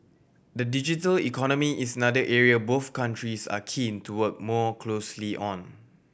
the digital economy is another area both countries are keen to work more closely on